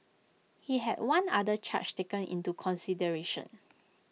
he had one other charge taken into consideration